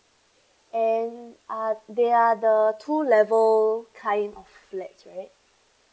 and are there are the two level kind of flats right